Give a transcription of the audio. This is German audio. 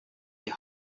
die